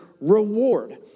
reward